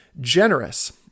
generous